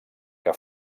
que